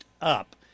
up